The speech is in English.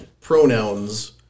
pronouns